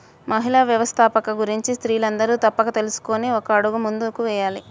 మహిళా వ్యవస్థాపకత గురించి స్త్రీలందరూ తప్పక తెలుసుకొని ఒక అడుగు ముందుకు వేయాలి